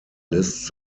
lists